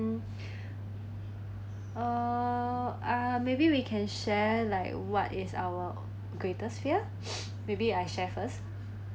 mm uh ah maybe we can share like what is our greatest fear maybe I share first